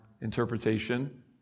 interpretation